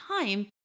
time